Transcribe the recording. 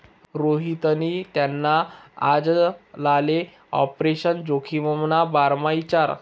रोहितनी त्याना आजलाले आपरेशन जोखिमना बारामा इचारं